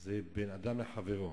זה בין אדם לחברו.